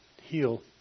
heal